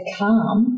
calm